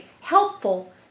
helpful